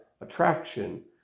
attraction